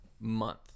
Month